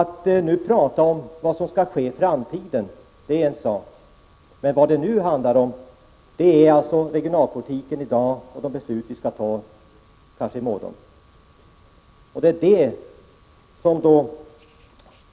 Att tala om vad som skall ske i framtiden är en sak, men vad det nu handlar om är regionalpolitiken i dag och det beslut vi skall fatta, förmodligen i morgon förmiddag.